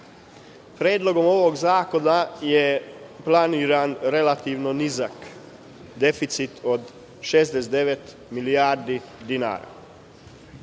Predlog ovog zakona je planiran relativno nizak deficit od 69 milijardi dinara.